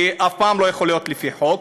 כי אף פעם לא יכול להיות לפי חוק,